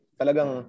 talagang